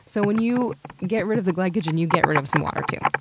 so when you get rid of the glycogen you get rid of some water too.